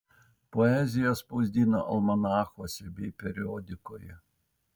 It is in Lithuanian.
poeziją spausdino almanachuose bei periodikoje